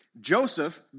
Joseph